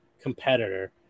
competitor